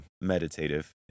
meditative